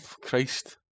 Christ